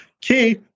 key